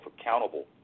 accountable